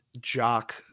jock